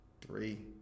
three